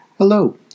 Hello